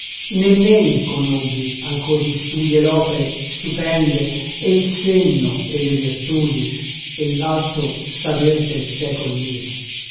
men conobbi ancor gli studi e l'opre stupende e il senno e le virtudi e l'alto saver del secol mio